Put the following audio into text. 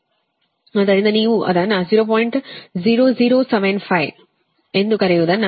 0075 ಎಂದು ಕರೆಯುವದನ್ನು ತಿಳಿಯಿರಿ